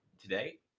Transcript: today